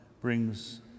brings